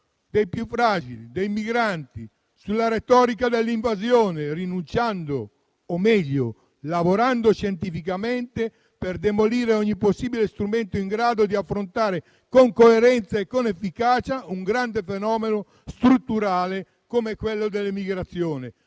dei più fragili, dei migranti, sulla retorica dell'invasione, rinunciando o, meglio, lavorando scientificamente per demolire ogni possibile strumento in grado di affrontare con coerenza ed efficacia un grande fenomeno strutturale, come quello delle migrazioni.